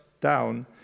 down